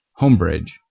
Homebridge